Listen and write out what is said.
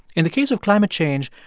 in the case of climate change,